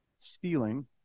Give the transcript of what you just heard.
stealing